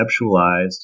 conceptualized